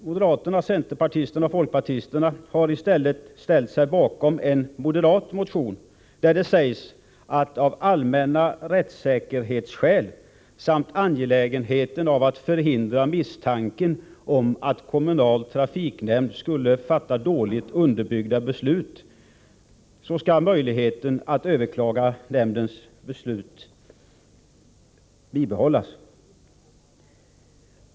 Moderaterna, centerpartisterna och folkpartisterna har i stället ställt sig bakom en moderat motion, där det med hänvisning till allmänna rättssäkerhetsskäl samt angelägenheten av att Nr 32 förhindra misstanke om att kommunal trafiknämnd skulle fatta dåligt Onsdagen den underbyggda beslut sägs att möjligheten att överklaga nämnds beslut bör 21 november 1984 bibehållas.